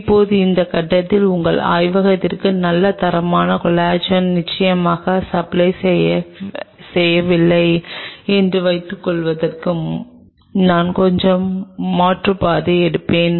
இப்போது இந்த கட்டத்தில் உங்கள் ஆய்வகத்திற்கு நல்ல தரமான கொலாஜன் நியாயமான சப்ளை கிடைக்கவில்லை என்று வைத்துக் கொள்வதற்கு நான் கொஞ்சம் மாற்றுப்பாதை எடுப்பேன்